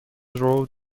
road